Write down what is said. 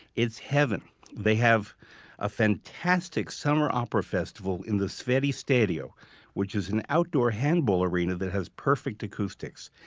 it's heaven they have a fantastic summer opera festival in the sferisterio, which is an outdoor handball arena that has perfect acoustics.